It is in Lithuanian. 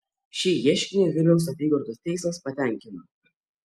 šį ieškinį vilniaus apygardos teismas patenkino